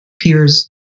peers